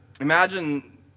Imagine